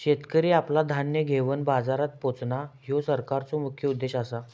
शेतकरी आपला धान्य घेवन बाजारात पोचणां, ह्यो सरकारचो मुख्य उद्देश आसा